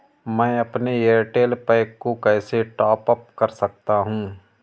मैं अपने Airtel pack को कैसे टॉप अप कर सकता हूँ?